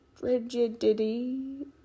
rigidity